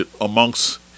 amongst